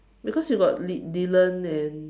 because you got Dylan and